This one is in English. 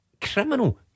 criminal